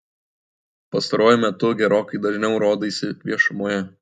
pastaruoju metu gerokai dažniau rodaisi viešumoje